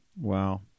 Wow